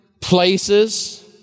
places